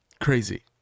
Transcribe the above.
crazy